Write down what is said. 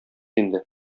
инде